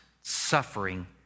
suffering